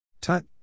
Tut